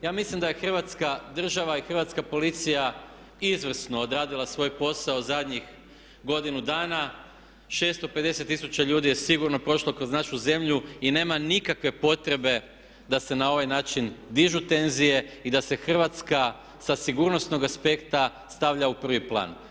Ja mislim da je Hrvatska država i hrvatska policija izvrsno odradila svoj posao zadnjih godinu dana, 650 tisuća ljudi je sigurno prošlo kroz našu zemlju i nema nikakve potrebe da se na ovaj način dižu tenzije i da se Hrvatska sa sigurnosnog aspekta stavlja u prvi plan.